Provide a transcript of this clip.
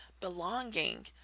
belonging